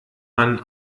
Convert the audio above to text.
man